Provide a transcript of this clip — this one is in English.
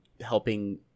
helping